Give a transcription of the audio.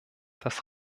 das